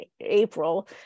April